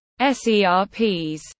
SERPs